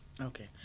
Okay